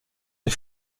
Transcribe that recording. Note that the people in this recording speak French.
des